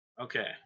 Okay